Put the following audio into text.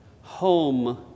Home